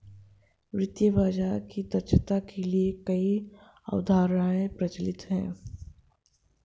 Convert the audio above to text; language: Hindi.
वित्तीय बाजार की दक्षता के लिए कई अवधारणाएं प्रचलित है